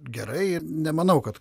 gerai nemanau kad